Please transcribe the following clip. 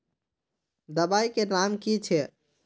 दबाई के नाम की छिए?